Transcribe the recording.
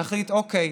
להחליט: אוקיי,